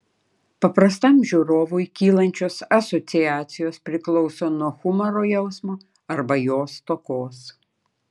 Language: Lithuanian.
paprastam žiūrovui kylančios asociacijos priklauso nuo humoro jausmo arba jo stokos